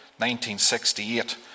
1968